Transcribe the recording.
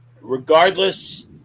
regardless